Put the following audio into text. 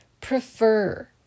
prefer